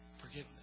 Forgiveness